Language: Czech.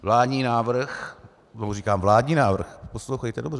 Vládní návrh... tomu říkám vládní návrh, poslouchejte dobře.